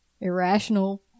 irrational